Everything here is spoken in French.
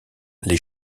les